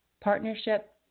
partnership